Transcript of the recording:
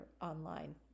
online